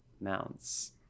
mounts